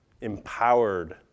empowered